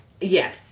yes